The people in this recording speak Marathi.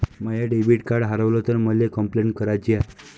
माय डेबिट कार्ड हारवल तर मले कंपलेंट कराची हाय